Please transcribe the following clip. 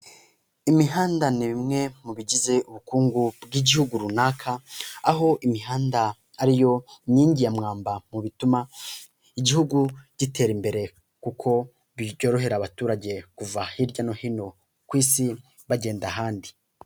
Imihanda ni bimwe mu bigize ubukungu bw'igihugu runaka, aho imihanda ariyo nkingi ya mwamba mu bituma igihugu gitera imbere; kuko byorohera abaturage kuva hirya no hino ku isi bagenda ahandi.